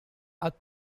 are